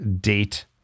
date